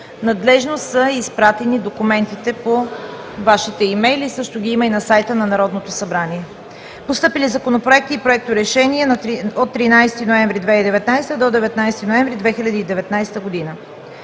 Надлежно са изпратени документите по Вашите имейли, също ги има и на сайта на Народното събрание. Постъпили законопроекти и проекторешения за периода 13 – 19 ноември 2019 г.: